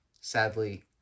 Sadly